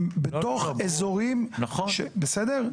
הם בתוך אזורים, בסדר?